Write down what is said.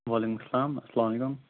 وعلیکُم السلام اَلسلامُ علیکُم